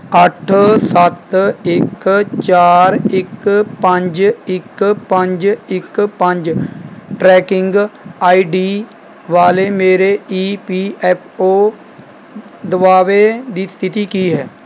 ਅੱਠ ਸੱਤ ਇੱਕ ਚਾਰ ਇੱਕ ਪੰਜ ਇੱਕ ਪੰਜ ਇੱਕ ਪੰਜ ਟਰੈਕਿੰਗ ਆਈ ਡੀ ਵਾਲੇ ਮੇਰੇ ਈ ਪੀ ਐੱਫ ਓ ਦਾਅਵੇ ਦੀ ਸਥਿਤੀ ਕੀ ਹੈ